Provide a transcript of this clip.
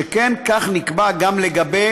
שכן כך נקבע גם לגבי